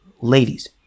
Ladies